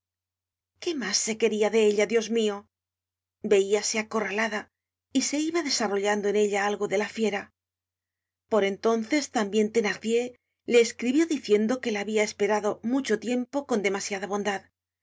qué mas se queria de ella dios mio veiase acorralada y se iba desarrollando en ella algo de la fiera por entonces tambien thenardier le escribió diciendo que la habia esperado mucho tiempo con demasiada bondad